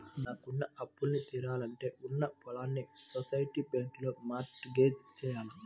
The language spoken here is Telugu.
నాకున్న అప్పులన్నీ తీరాలంటే ఉన్న పొలాల్ని సొసైటీ బ్యాంకులో మార్ట్ గేజ్ జెయ్యాల